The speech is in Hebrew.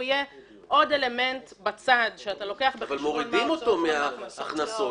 אבל מורידים אותו מההכנסות.